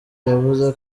yavuze